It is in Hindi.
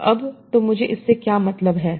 तो अब तो मुझे इससे क्या मतलब है